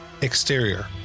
Exterior